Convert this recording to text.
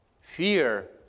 fear